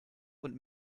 und